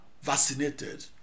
vaccinated